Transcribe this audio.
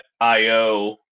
io